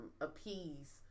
appease